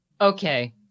Okay